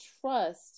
trust